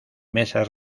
mesas